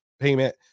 payment